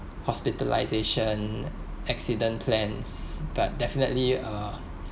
hospitalisation accident plans but definitely uh